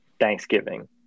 Thanksgiving